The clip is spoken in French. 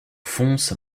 fonce